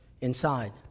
inside